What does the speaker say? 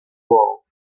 wall